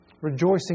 Rejoicing